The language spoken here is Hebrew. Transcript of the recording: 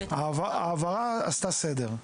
ההבהרה עשתה סדר.